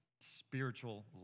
spiritual